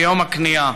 ביום הכניעה.